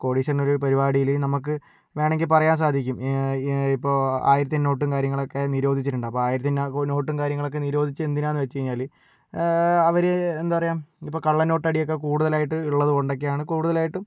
കോടീശ്വരൻ ഒരു പരിപാടിയിൽ നമ്മൾക്ക് വേണമെങ്കിൽ പറയാൻ സാധിക്കും ഇപ്പോൾ ആയിരത്തിന്റെ നോട്ടും കാര്യങ്ങളൊക്കെ നിരോധിച്ചിട്ടുണ്ട് അപ്പോൾ ആയിരത്തിന്റെ നോട്ടും കാര്യങ്ങളൊക്കെ നിരോധിച്ചത് എന്തിനാണെന്നു വച്ച് കഴിഞ്ഞാൽ അവർ എന്താ പറയുക ഇപ്പോൾ കള്ളനോട്ട് അടിയൊക്കെ കൂടുതലായിട്ട് ഉള്ളതുകൊണ്ടൊക്കെയാണ് കൂടുതലായിട്ടും